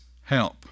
help